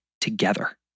together